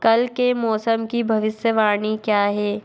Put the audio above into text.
कल के मौसम की भविष्यवाणी क्या है